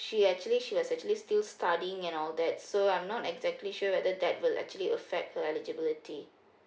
she actually she was actually still studying and all that so I'm not exactly sure whether that will actually affect her eligibility